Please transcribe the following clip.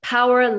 Power